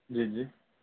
جی جی